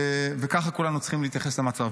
וככה כולנו צריכים להתייחס למצב.